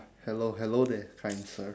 hello hello there kind sir